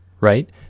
right